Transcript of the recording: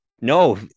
No